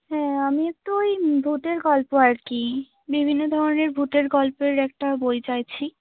হ্যাঁ আমি একটু ওই ভূতের গল্প আর কি বিভিন্ন ধরনের ভূতের গল্পের একটা বই চাইছি